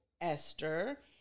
Esther